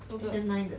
什么歌